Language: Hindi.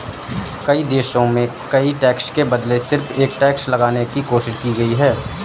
कई देशों में कई टैक्स के बदले सिर्फ एक टैक्स लगाने की कोशिश की गयी